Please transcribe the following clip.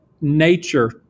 nature